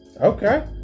okay